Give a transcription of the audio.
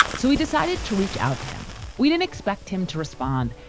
so we decided to reach out to him. we didn't expect him to respond.